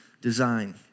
design